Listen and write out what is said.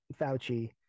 Fauci